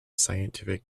scientific